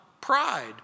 pride